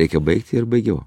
reikia baigti ir baigiau